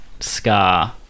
Scar